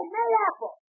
Mayapple